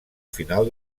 final